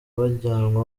bajyanwa